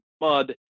mud